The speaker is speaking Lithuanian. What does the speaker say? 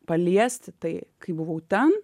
paliesti tai kai buvau ten